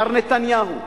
מר נתניהו,